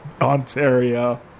Ontario